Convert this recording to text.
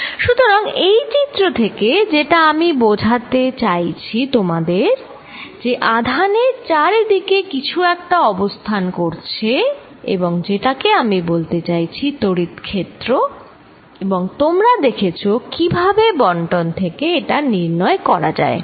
সুতরাং এই চিত্র থেকে যেটা আমি বোঝাতে চাইছি তোমাদের যে আধানের চারিদিকে কিছু একটা অবস্থান করছে এবং যেটাকে আমি বলতে চাইছি তড়িৎ ক্ষেত্র এবং তোমরা দেখেছ কিভাবে বন্টন থেকে এটি নির্ণয় করা যায়